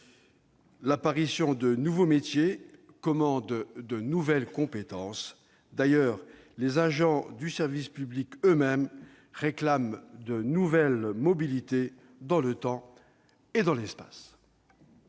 l'apparition de nouveaux métiers commande de nouvelles compétences. D'ailleurs, les agents du service public eux-mêmes réclament de nouvelles mobilités dans le temps et dans l'espace.